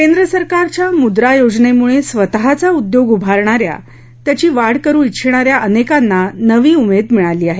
केंद्र सरकारच्या मुद्रा योजनेमुळे स्वतःचा उद्योग उभारणाऱ्या त्याची वाढ करु ष्टिछणाऱ्या अनेकांना नवी उमेद मिळाली आहे